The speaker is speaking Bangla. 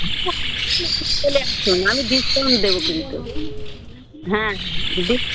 হ্যা চলে আসুন আমি ডিসকাউন্ট দেবো কিন্তু হ্যাঁ